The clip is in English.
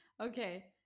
Okay